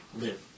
live